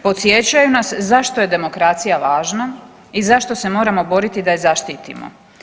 Podsjećaju nas zašto je demokracija važna i zašto se moramo boriti da je zaštitimo.